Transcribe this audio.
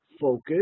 focus